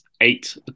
eight